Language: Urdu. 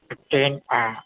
ففٹین ہاں